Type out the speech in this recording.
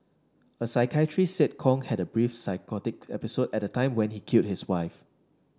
a psychiatrist said Kong had a brief psychotic episode at the time when he killed his wife